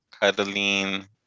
cuddling